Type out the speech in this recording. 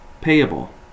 payable